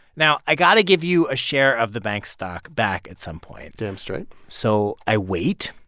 now, i got to give you a share of the bank stock back at some point damn straight so i wait.